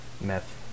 Meth